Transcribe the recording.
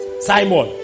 Simon